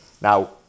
Now